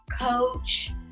coach